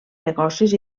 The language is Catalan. negocis